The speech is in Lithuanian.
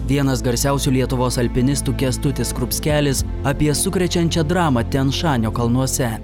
vienas garsiausių lietuvos alpinistų kęstutis skrupskelis apie sukrečiančią dramą tijan šanio kalnuose